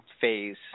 phase